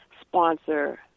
sponsor